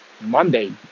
Monday